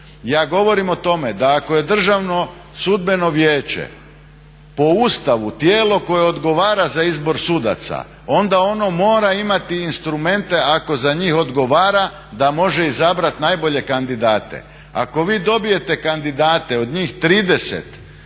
Ja govorim o tome, da ako je Državno sudbeno vijeće po Ustavu tijelo koje odgovara za izbor sudaca, onda ono mora imati instrumente ako za njih odgovara, da može izabrati najbolje kandidate. Ako vi dobijete kandidate od njih 30